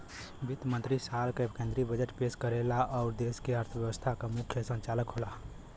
वित्त मंत्री साल क केंद्रीय बजट पेश करेला आउर देश क अर्थव्यवस्था क मुख्य संचालक होला